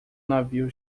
navio